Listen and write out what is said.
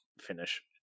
finish